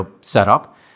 setup